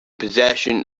possession